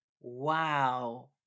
Wow